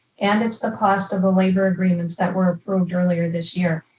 and it's the cost of the labor agreements that were approved earlier this year.